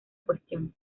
cuestión